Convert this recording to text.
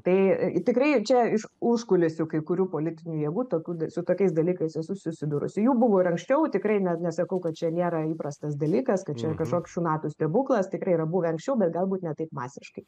tai tikrai čia iš užkulisių kai kurių politinių jėgų tokių su tokiais dalykais esu susidūrusi jų buvo ir anksčiau tikrai ne nesakau kad čia nėra įprastas dalykas kad čia kažkoks šių metų stebuklas tikrai yra buvę anksčiau bet galbūt ne taip masiškai